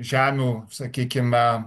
žemių sakykime